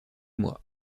moi